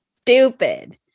Stupid